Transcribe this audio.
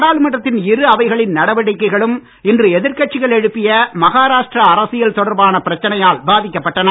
நாடாளுமன்ற த்தின் இரு அவைகளின் நடவடிக்கைகளும் இன்று எதிர்கட்சிகள் எழுப்பிய மஹாராஷ்டிர அரசியல் தொடர்பான பிரச்சனையால் பாதிக்கப்பட்டன